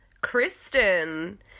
Kristen